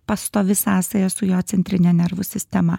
pastovi sąsaja su jo centrine nervų sistema